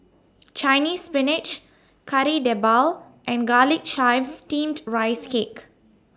Chinese Spinach Kari Debal and Garlic Chives Steamed Rice Cake